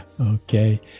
Okay